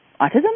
autism